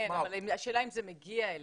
כן, אבל השאלה אם זה מגיע אליהם.